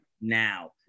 now